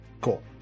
Cool